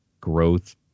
growth